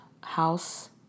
house